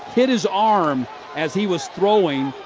hit his arm as he was throwing.